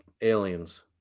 aliens